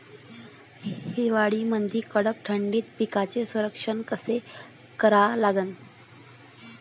हिवाळ्यामंदी कडक थंडीत पिकाचे संरक्षण कसे करा लागन?